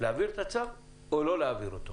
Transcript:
להעביר את הצו או לא להעביר אותו.